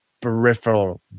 peripheral